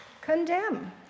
condemn